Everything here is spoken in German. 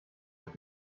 ich